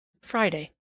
FRIDAY